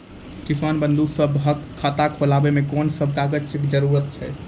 किसान बंधु सभहक खाता खोलाबै मे कून सभ कागजक जरूरत छै?